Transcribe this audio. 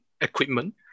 equipment